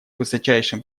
высочайшим